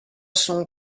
son